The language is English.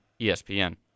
ESPN